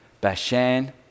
Bashan